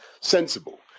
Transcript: sensible